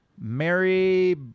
Mary